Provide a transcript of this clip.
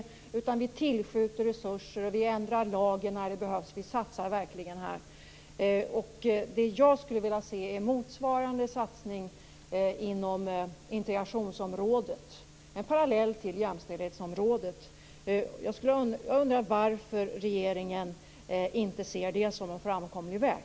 I stället tillskjuter vi resurser, ändrar lagen när det behövs och satsar verkligen här. Det jag skulle vilja se är motsvarande satsning inom integrationsområdet, dvs. en parallell till jämställdhetsområdet. Jag undrar varför regeringen inte ser det som en framkomlig väg.